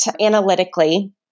analytically